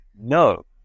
No